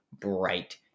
bright